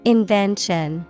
Invention